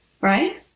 Right